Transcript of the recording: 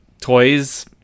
toys